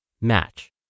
match